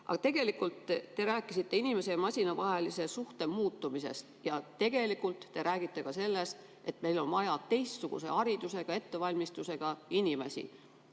Aga tegelikult te rääkisite inimese ja masina vahelise suhte muutumisest. Ja tegelikult te räägite ka sellest, et meil on vaja teistsuguse hariduse, ettevalmistusega inimesi.